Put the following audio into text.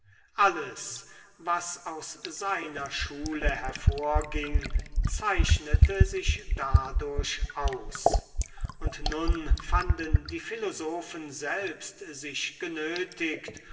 alles was aus seiner schule hervorging zeichnete sich dadurch aus und nun fanden die philosophen selbst sich genötigt